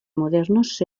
modernos